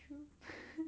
true